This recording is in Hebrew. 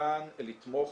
שתכליתן לתמוך